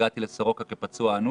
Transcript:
הגעתי לסורוקה כפצוע אנוש,